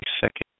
second